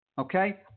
Okay